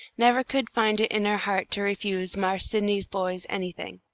never could find it in her heart to refuse marse sydney's boys anything.